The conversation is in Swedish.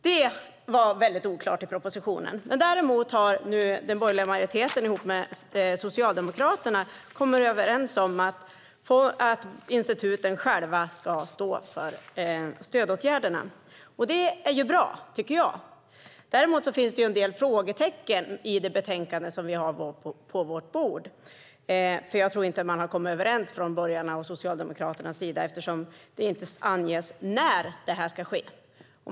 Det är väldigt oklart i propositionen. Däremot har den borgerliga majoriteten och Socialdemokraterna nu kommit överens om att instituten själva ska stå för stödåtgärderna. Det tycker jag är bra. Men det finns en del frågetecken i det betänkande som vi har på bordet. Jag tror inte att borgarna och Socialdemokraterna har kommit överens eftersom det inte anges när detta ska ske.